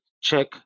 check